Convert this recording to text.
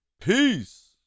Peace